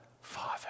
Father